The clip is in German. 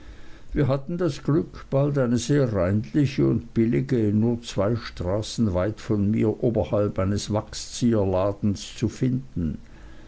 wir hatten das glück bald eine sehr reinliche und billige nur zwei straßen weit von mir oberhalb eines wachszieherladens zu finden